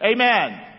Amen